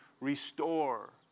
restore